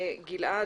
גלעד,